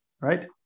right